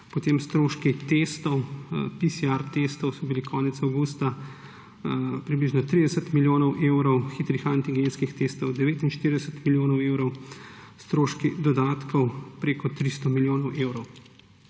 potem stroški PCR-testov so bili konec avgusta približno 30 milijonov evrov, hitrih antigenskih testov 49 milijonov evrov, stroški dodatkov več kot 300 milijonov evrov.